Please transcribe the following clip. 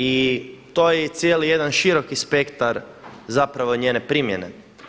I to je i cijeli jedan široki spektar zapravo njene primjene.